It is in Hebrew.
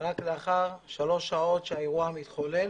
אלא רק לאחר שלוש שעות שהאירוע מתחולל.